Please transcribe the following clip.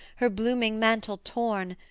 her blooming mantle torn,